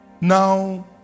now